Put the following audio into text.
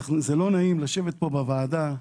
זה לא נעים לשבת פה בוועדה,